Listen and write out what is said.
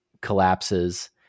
collapses